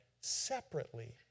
separately